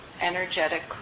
energetic